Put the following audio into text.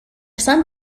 some